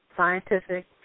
scientific